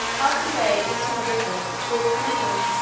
are conveyed in small rivulets toward the middle,